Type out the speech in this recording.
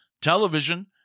television